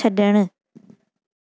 छड॒णु